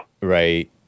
Right